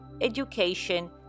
education